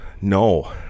No